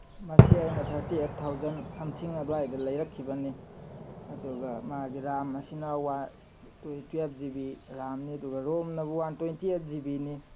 ꯃꯁꯤ ꯑꯩꯅ thirty eight thousand something ꯑꯗ꯭ꯋꯥꯏꯗ ꯂꯩꯔꯛꯈꯤꯕꯅꯤ ꯑꯗꯨꯒ ꯃꯥꯒꯤ ꯔꯥꯝ ꯑꯁꯤꯅ ꯋꯥꯟ ꯇ꯭ꯋꯦꯜꯐ ꯖꯤ ꯕꯤ ꯔꯥꯝꯅꯤ ꯑꯗꯨꯒ ꯔꯣꯝꯅ one twenty eight G B ꯅꯤ